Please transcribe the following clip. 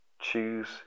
Choose